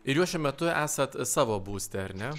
ir jūs šiuo metu esat savo būste ar ne